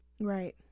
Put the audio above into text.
Right